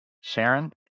Sharon